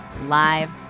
live